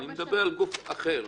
אני מדבר על גוף אחר.